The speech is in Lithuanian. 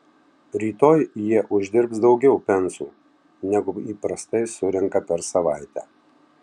rytoj jie uždirbs daugiau pensų negu įprastai surenka per savaitę